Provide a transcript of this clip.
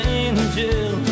angel